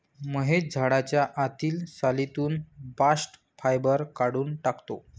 महेश झाडाच्या आतील सालीतून बास्ट फायबर काढून टाकतो